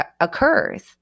occurs